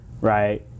right